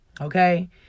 okay